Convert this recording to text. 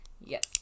Yes